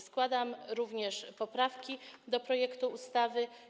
Składam również poprawki do projektu ustawy.